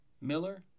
Miller